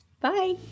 Bye